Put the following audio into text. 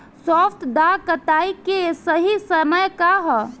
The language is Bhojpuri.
सॉफ्ट डॉ कटाई के सही समय का ह?